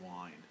wine